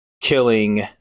killing